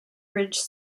ridge